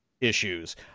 issues